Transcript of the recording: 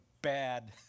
bad